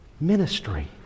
ministry